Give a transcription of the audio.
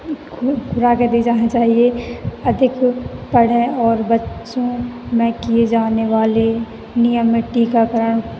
खुराके दी जानी चाहिए अधिक पढ़ें और बच्चों में किए जाने वाले नियमित टीकाकरण